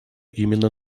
именно